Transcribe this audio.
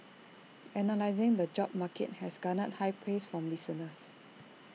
analysing the job market has garnered high praise from listeners